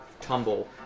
tumble